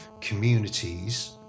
Communities